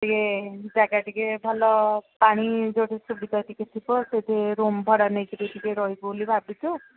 ଟିକେ ଜାଗା ଟିକେ ଭଲ ପାଣି ଯେଉଁଠି ସୁବିଧା ଟିକେ ଥିବ ସେଇଠି ରୁମ୍ ଭଡ଼ା ନେଇକିରି ଟିକେ ରହିବୁ ବୋଲି ଭାବିଛୁ